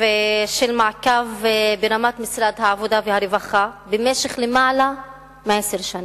ושל מעקב ברמת משרד העבודה והרווחה למעלה מעשר שנים.